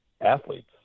athletes